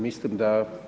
Mislim da…